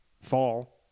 fall